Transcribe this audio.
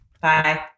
Bye